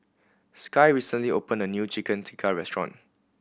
Sky recently opened a new Chicken Tikka restaurant